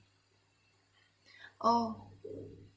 oh